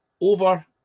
Over